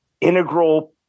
integral